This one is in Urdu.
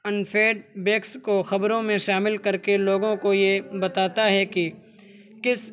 ان فیڈبیکس کو خبروں میں شامل کر کے لوگوں کو یہ بتاتا ہے کہ کس